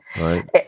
right